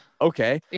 Okay